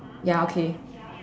ya okay